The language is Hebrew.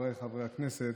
חבריי חברי הכנסת,